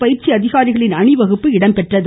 பயிற்சி அதிகாரிகளின் அணிவகுப்பும் இடம் பெற்றது